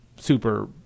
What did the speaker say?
super